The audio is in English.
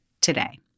today